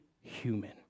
human